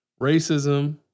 racism